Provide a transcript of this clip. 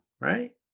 right